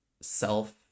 self